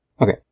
okay